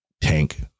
tank